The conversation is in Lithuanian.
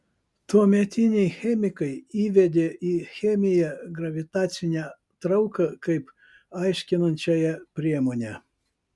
tuometiniai chemikai įvedė į chemiją gravitacinę trauką kaip aiškinančiąją priemonę